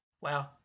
Wow